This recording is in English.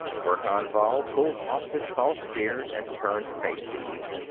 verkan vall pulled off his false beard and turned to face these.